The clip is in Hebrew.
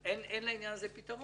בסדר, אין לעניין הזה פתרון.